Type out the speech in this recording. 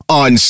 on